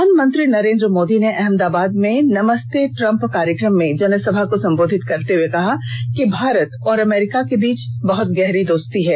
प्रधानमंत्री नरेंद्र मोदी ने अहमदाबाद में नमस्ते ट्रम्प कार्यक्रम में जनसभा को संबोधित करते हुए कहा कि भारत और अमेरिका के बीच बहुत गहरी दोस्ती है